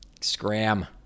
Scram